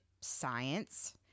science